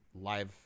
live